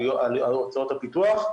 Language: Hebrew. הוצאות הפיתוח,